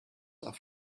auf